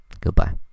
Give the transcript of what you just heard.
goodbye